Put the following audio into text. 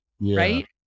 Right